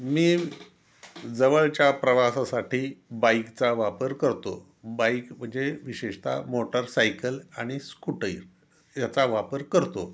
मी जवळच्या प्रवासासाठी बाईकचा वापर करतो बाईक म्हणजे विशेषत मोटरसायकल आणि स्कूटर याचा वापर करतो